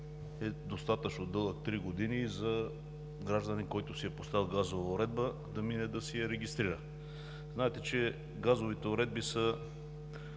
е достатъчно дълъг – три години, и гражданинът, който си е поставил газова уредба, да мине да си я регистрира. Знаете, че газовите уредби са